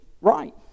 right